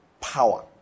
power